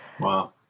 Wow